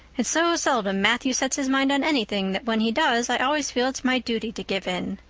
it's so seldom matthew sets his mind on anything that when he does i always feel it's my duty to give in.